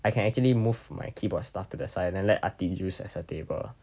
I can actually move my keyboard stuff to the side and then let ah ti use as a table